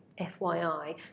FYI